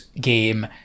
game